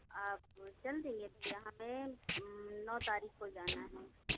आप चल देंगे यहाँ पर नौ तारिख़ को जाना है